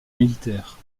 militaire